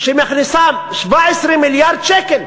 שמכניסה 17 מיליארד שקל,